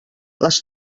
les